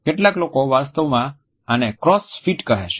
કેટલાક લોકો વાસ્તવમાં આને ક્રોસ ફીટ Crows feet કહે છે